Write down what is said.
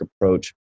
approach